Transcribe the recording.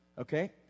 Okay